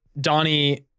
Donnie